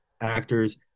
actors